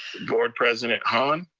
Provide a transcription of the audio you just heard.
board president hann?